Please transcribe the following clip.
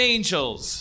Angels